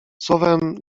słowem